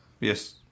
Yes